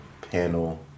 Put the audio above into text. panel